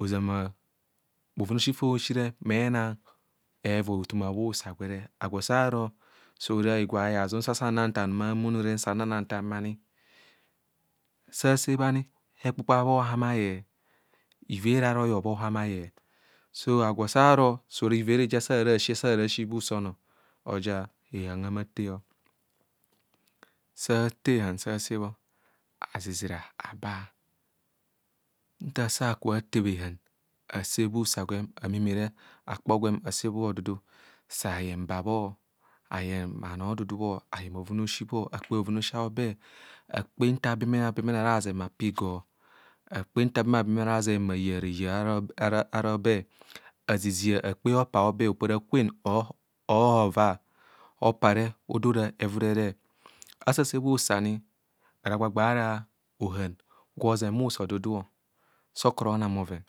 Ozạmạ bhoven aosi fa osire ma bheenang eevoi othoma bhu usa gwere agwo saaro so ora higwaha bhihaazu sa sannanthan bhaani sa ase bhaani, hekpukpa hama ayeng iveere arọyọr bho hammayeng. So agwo sa arọ sora iveereja asa araasi agwọ araasi bha usa ọnọọ, oja hehan ha- mathee o. Sa athee hehan sa ase bho a ha zizira abaa. Nta asa akubho athee bhehan ase bha usa gwem amemene akpo gwem asee bha odudusa ayeng ba bho, ayeng bhano odudubho, ayeng bhoven aosi bho akpe bhoven aosi aobe, akpe nta abemene abemene ara bhaʒeng bhapa igor. Akpe nta abemene abemene ara bhaʒen bha ya reya ara obe. Azizia akpe hopa aobe opora kwen or hoova. Hopa re odo ara evurere. Asese bha usa ani ara agbagba ara ohạn gwe oʒeba bha usa odudu, so ọkụrọ ona bhoven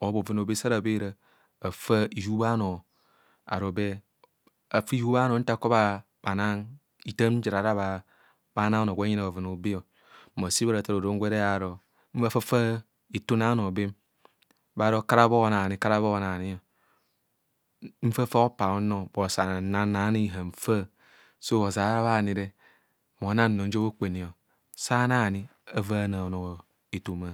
or bhoven aobe sara bheera afaa ihub a bhano aro be afa ihubha anọọ nta okure bhanang ithaam ja ara bhanang onoo gwe njene bhoveb aobe ma sebho ara athạạ orom gwere aro afafa ithune a bhanoo bem bharo akura bhonani kara bhonani, nfa nfa hopa oono but sannang haani hanfa. Si osera bhanire, monang nno njibho bhokpene sa anaani oja avaana ono ɛthoma.